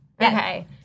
Okay